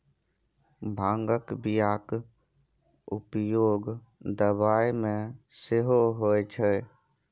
भांगक बियाक उपयोग दबाई मे सेहो होए छै